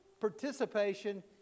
Participation